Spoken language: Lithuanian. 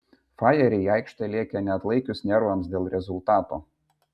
fajeriai į aikštę lėkė neatlaikius nervams dėl rezultato